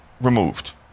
removed